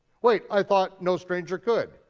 wait, i thought no stranger could.